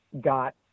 got